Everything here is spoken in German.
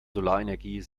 solarenergie